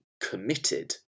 committed